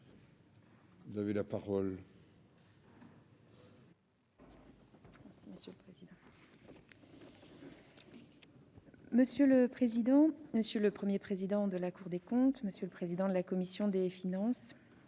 vous avez la parole..